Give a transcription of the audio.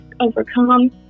overcome